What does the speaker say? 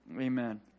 amen